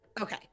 Okay